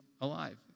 alive